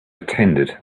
attended